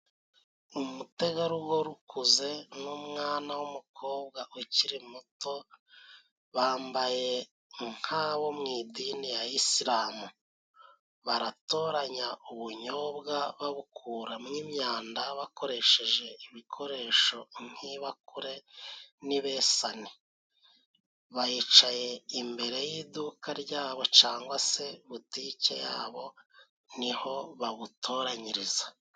Umutegarugori ukuze n'umwana w'umukobwa ukiri muto，bambaye nk'abo mu idini ya isiramu，baratoranya ubunyobwa，babukuramo imyanda，bakoresheje ibikoresho nk'ibakure n'ibesani. Baricaye imbere y'iduka ryabo cangwa se butike yabo niho babutoranyiriza.